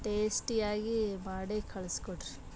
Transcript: ಟೇಸ್ಟಿಯಾಗಿ ಮಾಡಿ ಕಳಿಸ್ಕೊಡ್ರಿ